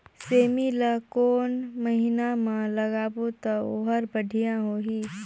सेमी ला कोन महीना मा लगाबो ता ओहार बढ़िया होही?